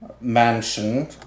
mansion